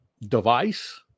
device